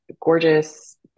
gorgeous